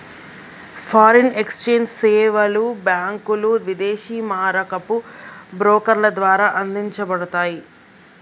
foreign exchange సేవలు బ్యాంకులు, విదేశీ మారకపు బ్రోకర్ల ద్వారా అందించబడతయ్